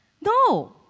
no